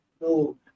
No